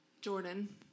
Jordan